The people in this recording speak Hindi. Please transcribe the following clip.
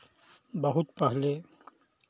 बहुत पहले